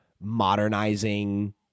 modernizing